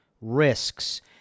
risks